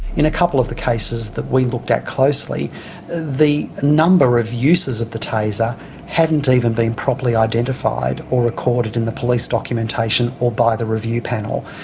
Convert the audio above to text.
in a couple of the cases that we looked at closely the number of uses of the taser hadn't even been properly identified or recorded in the police documentation or by the review panel.